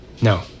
no